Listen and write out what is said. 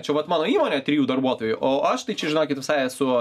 čia vat mano įmonė trijų darbuotojų o aš tai čia žinokit visai su